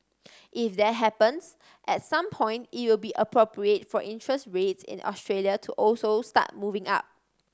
if that happens at some point it will be appropriate for interest rates in Australia to also start moving up